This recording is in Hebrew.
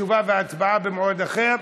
והצבעה במועד אחר.